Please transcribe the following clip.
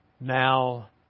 Now